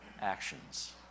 actions